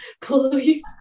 please